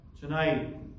tonight